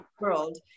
world